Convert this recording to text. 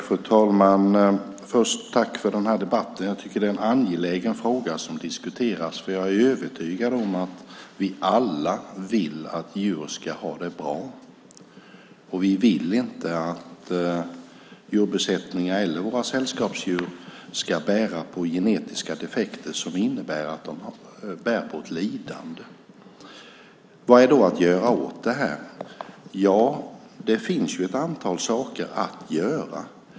Fru talman! Först vill jag tacka för den här debatten. Jag tycker att det är en angelägen fråga som diskuteras. Jag är övertygad om att vi alla vill att djur ska ha det bra. Vi vill inte att djurbesättningar eller våra sällskapsdjur ska bära på genetiska defekter som innebär att de bär på lidande. Vad är då att göra åt detta? Det finns ett antal saker att göra.